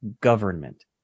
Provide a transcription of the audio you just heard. government